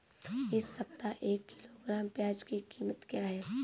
इस सप्ताह एक किलोग्राम प्याज की कीमत क्या है?